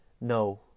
no